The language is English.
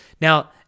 Now